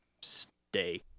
stay